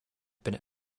been